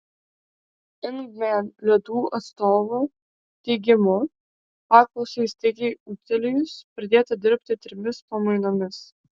ingman ledų atstovų teigimu paklausai staigiai ūgtelėjus pradėta dirbti trimis pamainomis